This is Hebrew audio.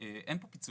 אין פה פיצוי.